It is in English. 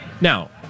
Now